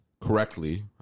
correctly